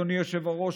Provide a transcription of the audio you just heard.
אדוני היושב-ראש,